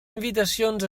invitacions